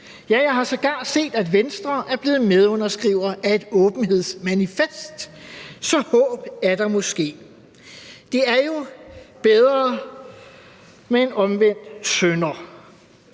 Ja, jeg har sågar set, at Venstre er blevet medunderskriver af et åbenhedsmanifest, så håb er der måske. Det er jo bedre med en omvendt synder.